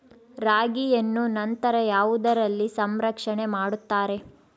ರಾಗಿಯನ್ನು ನಂತರ ಯಾವುದರಲ್ಲಿ ಸಂರಕ್ಷಣೆ ಮಾಡುತ್ತಾರೆ?